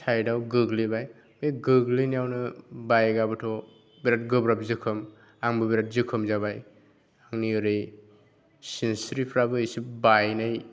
साइडआव गोग्लैबाय बे गोग्लैनायावनो बाइकआबोथ' बिराद गोब्राब जोखोम आंबो बिराद जोखोम जाबाय आंनि ओरै सिनस्रिफोराबो एसे बायनाय